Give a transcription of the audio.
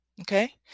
okay